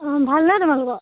অঁ ভাল নে তোমালোকৰ